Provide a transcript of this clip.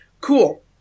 Cool